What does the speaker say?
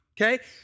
okay